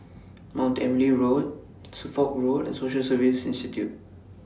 Mount Emily Road Suffolk Road and Social Service Institute